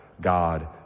God